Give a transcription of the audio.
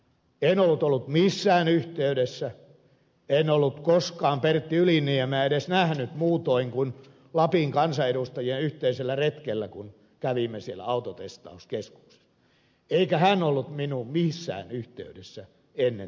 en ollut ollut missään yhteydessä en ollut koskaan pertti yliniemeä edes nähnyt muutoin kuin lapin kansanedustajien yhteisellä retkellä kun kävimme siellä autotestauskeskuksessa eikä hän ollut minuun missään yhteydessä ennen tätä päätöstä